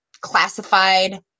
classified